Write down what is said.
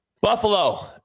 Buffalo